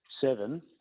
seven